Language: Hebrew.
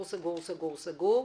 סגור, מטופל.